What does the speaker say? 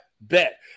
Bet